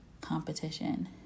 competition